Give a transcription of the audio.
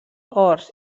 horts